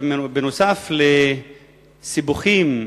בנוסף לסיבוכים,